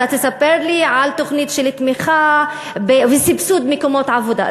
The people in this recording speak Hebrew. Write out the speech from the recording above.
אתה תספר לי על תוכנית של תמיכה וסבסוד מקומות עבודה,